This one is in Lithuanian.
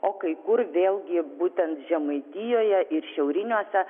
o kai kur vėlgi būtent žemaitijoje ir šiauriniuose